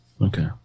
Okay